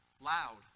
Loud